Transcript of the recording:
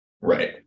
Right